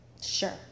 Sure